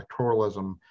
electoralism